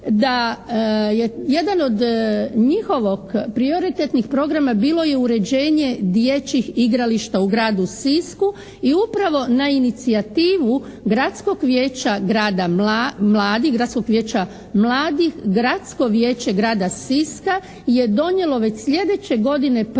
da je jedan od njihovog prioritetnih programa bilo je uređenje dječjih igrališta u gradu Sisku i upravo na inicijativu gradskog vijeća mladih gradsko vijeće grada Siska je donijelo već sljedeće godine program